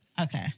Okay